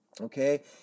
okay